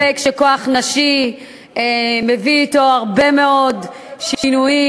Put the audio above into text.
ואין ספק שכוח נשי מביא אתו הרבה מאוד שינויים,